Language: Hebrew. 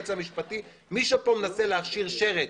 של היועץ המשפטי, מישהו פה מנסה להכשיר שרץ,